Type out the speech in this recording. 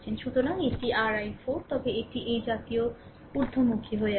সুতরাং এটি ri4 তবে এটি এই জাতীয় ঊর্ধ্বমুখী হয়ে উঠছে